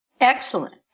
Excellent